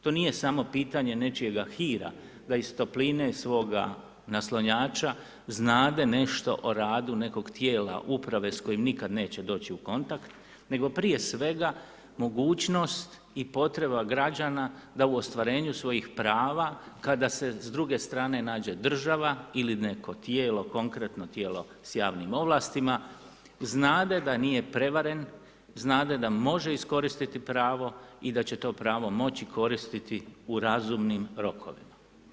To nije samo pitanje nečijega hira da iz topline svoga naslonjača znade nešto o radu nekog Tijela, uprave s kojim nikada neće doći u kontakt, nego prije svega mogućnost i potreba građana da u ostvarenju svojih prava, kada se s druge strane nađe država ili neko Tijelo, konkretno Tijelo s javnim ovlastima, znade da nije prevaren, znade da može iskoristiti pravo i da će to pravo moći koristiti u razumnim rokovima.